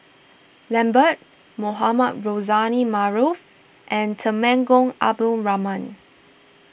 Lambert Mohamed Rozani Maarof and Temenggong Abdul Rahman